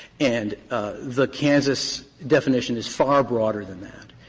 and the kansas definition is far broader than that.